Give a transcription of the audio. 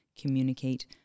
communicate